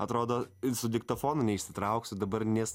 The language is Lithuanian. atrodo su diktofonu neišsitrauksi dabar nes